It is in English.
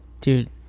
Dude